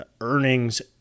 earnings